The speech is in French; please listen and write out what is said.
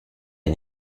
est